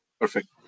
Perfect